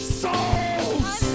souls